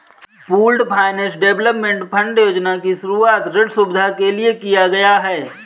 pooled finance development fund योजना की शुरूआत ऋण सुविधा के लिए किया गया है